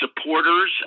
supporters